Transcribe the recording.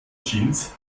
jeans